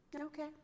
Okay